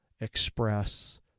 express